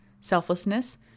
selflessness